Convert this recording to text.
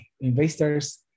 investors